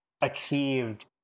achieved